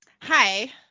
Hi